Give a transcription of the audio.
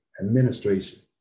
administration